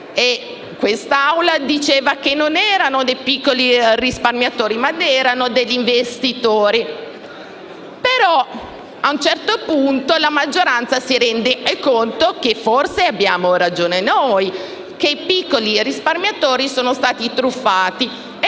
Quest'Assemblea diceva che non si trattava di piccoli risparmiatori, ma di investitori. Però, a un certo punto, la maggioranza si è resa conto che forse avevamo ragione noi e che i piccoli risparmiatori sono stati truffati.